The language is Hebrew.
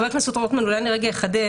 חבר הכנסת רוטמן, אולי אני אחדד.